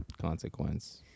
consequence